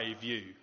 view